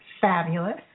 fabulous